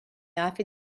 offered